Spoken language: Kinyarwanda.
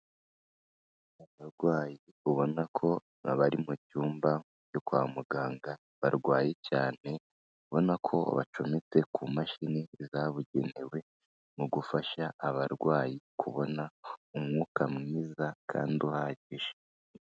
Abarwayi ubona baba bari mu cyumba cyo kwa muganga, barwaye cyane, ubona ko bacometse ku mashini zabugenewe mu gufasha abarwayi kubona umwuka mwiza kandi uhagije.